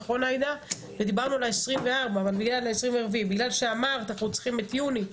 נכון עאידה ודיברנו על ה-24 אבל בגלל שאמרת אנחנו צריכים את יוני,